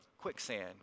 quicksand